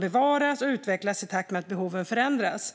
bevaras och utvecklas i takt med att behoven förändras.